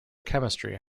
chemistry